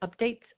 updates